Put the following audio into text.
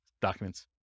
documents